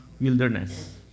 wilderness